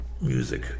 music